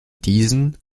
diesen